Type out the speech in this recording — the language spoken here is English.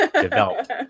develop